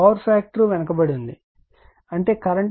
power factor వెనుకబడి ఉంది అంటే కరెంట్ లాగింగ్